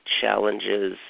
challenges